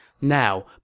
Now